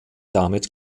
damit